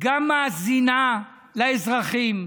גם מאזינה לאזרחים,